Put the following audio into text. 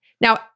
Now